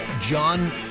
john